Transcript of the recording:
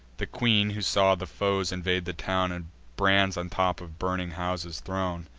the queen, who saw the foes invade the town, and brands on tops of burning houses thrown,